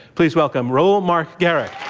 please welcome reuel marc gerecht.